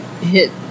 hit